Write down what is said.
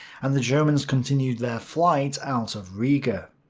and the germans continued their flight out of riga.